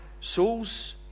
souls